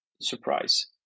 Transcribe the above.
surprise